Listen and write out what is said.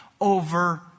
over